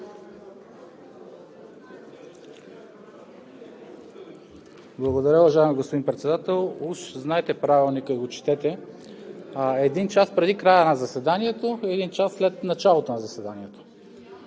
Благодаря, уважаеми господин Председател. Уж знаете Правилника и го четете. Един час преди края на заседанието и един час след началото на заседанието